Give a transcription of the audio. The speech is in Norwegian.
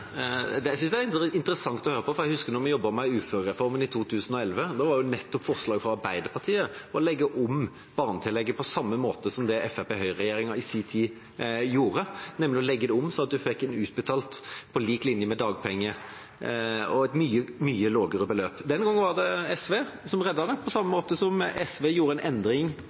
Jeg synes det er interessant å høre på, for jeg husker at da vi jobbet med uførereformen i 2011, var nettopp forslaget fra Arbeiderpartiet å legge om barnetillegget, på samme måte som det Høyre–Fremskrittsparti-regjeringa gjorde i sin tid, nemlig å legge det om slik at en fikk det utbetalt på lik linje med dagpenger, og et mye lavere beløp. Den gangen var det SV som reddet det, på samme måte som at SV gjorde en endring